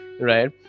right